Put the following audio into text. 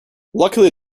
luckily